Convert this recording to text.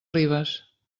ribes